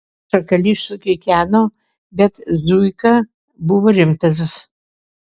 šakalys sukikeno bet zuika buvo rimtas